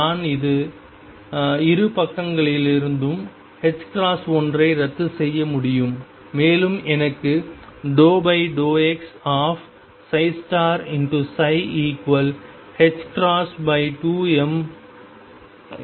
நான் இரு பக்கங்களிலிருந்தும் ஒன்றை ரத்து செய்ய முடியும் மேலும் எனக்கு ∂t2mi ∂x∂x ∂ψ∂x கிடைக்கிறது